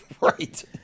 Right